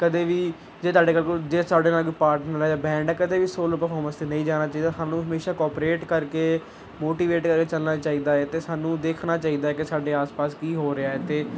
ਕਦੇ ਵੀ ਜੇ ਤੁਹਾਡੇ ਕੋਲ ਜੇ ਸਾਡੇ ਨਾਲ ਕੋਈ ਪਾਟਨਰ ਹੈ ਜਾਂ ਬੈਂਡ ਹੈ ਕਦੇ ਵੀ ਸੋਲੋ ਪ੍ਰਫੋਰਮਸ 'ਤੇ ਨਹੀਂ ਜਾਣਾ ਚਾਹੀਦਾ ਸਾਨੂੰ ਹਮੇਸ਼ਾ ਕੋਪਰੇਟ ਕਰਕੇ ਮੋਟੀਵੇਟ ਕਰਕੇ ਚੱਲਣਾ ਚਾਹੀਦਾ ਹੈ ਅਤੇ ਸਾਨੂੰ ਦੇਖਣਾ ਚਾਹੀਦਾ ਹੈ ਕਿ ਸਾਡੇ ਆਸ ਪਾਸ ਕੀ ਹੋ ਰਿਹਾ ਹੈ ਅਤੇ